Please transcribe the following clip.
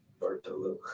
Bartolo